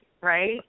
right